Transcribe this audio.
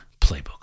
playbook